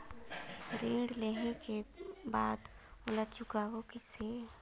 ऋण लेहें के बाद ओला चुकाबो किसे?